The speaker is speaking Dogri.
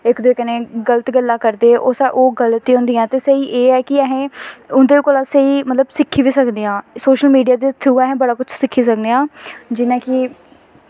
इक दुए कन्नै गल्त गल्लां करदे ते ओह् गल्त ही होंदियां ते स्हेई एह् ऐ कि असें उं'दे कोला दा स्हेई मतलब सिक्खी बी सकदे आं सोशल मीडिया दे थ्रू अस बड़ा कुछ सिक्खी सकदे आं जि'यां कि